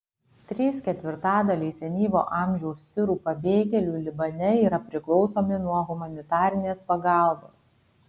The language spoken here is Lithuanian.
trys ketvirtadaliai senyvo amžiaus sirų pabėgėlių libane yra priklausomi nuo humanitarės pagalbos